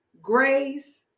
grace